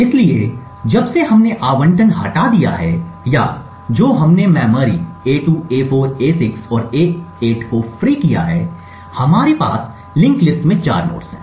इसलिए जब से हमने आवंटन हटा दिया है या जो हमने मेमोरी a2 a4 a6 और a8 को फ्री किया है हमारे पास लिंक्ड लिस्ट में 4 नोड्स हैं